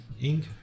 Ink